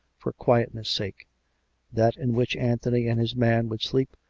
for quietness' sake that in which anthony and his man would sleep,